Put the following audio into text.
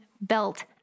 belt